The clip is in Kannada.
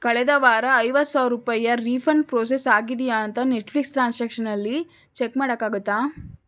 ಕಳೆದ ವಾರ ಐವತ್ತು ಸಾವಿರ ರೂಪಾಯಿಯ ರೀಫಂಡ್ ಪ್ರೋಸೆಸ್ ಆಗಿದೆಯಾ ಅಂತ ನೆಟ್ಫ್ಲಿಕ್ಸ್ ಟ್ರಾನ್ಸಾಕ್ಷನಲ್ಲಿ ಚೆಕ್ ಮಾಡೋಕ್ಕಾಗುತ್ತಾ